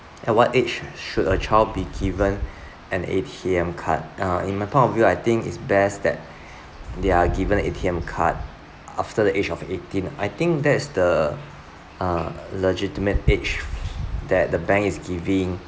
at what age should a child be given an A_T_M card uh in my point of view I think it's best that they are given A_T_M card after the age of eighteen I think that's the uh legitimate age that the bank is giving